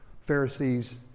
Pharisees